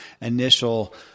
initial